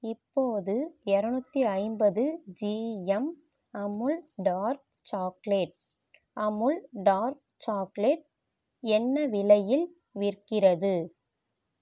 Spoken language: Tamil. இப்போது இரநூத்தி ஐம்பது GM Amul dark chocolate Amul dark chocolate என்ன விலையில் விற்கிறது